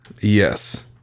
Yes